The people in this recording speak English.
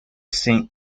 saint